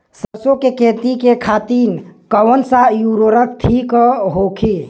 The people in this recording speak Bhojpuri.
सरसो के खेती खातीन कवन सा उर्वरक थिक होखी?